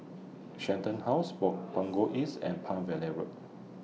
Shenton House Ball Punggol East and Palm Valley Road